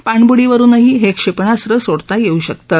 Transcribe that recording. पाणबुडीवरुनही हे क्षेपणास्त्र सोडता येऊ शकतं